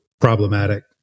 problematic